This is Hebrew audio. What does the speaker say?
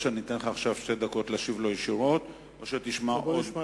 או שאני אתן לך עכשיו שתי דקות להשיב לו ישירות,